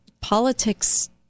politics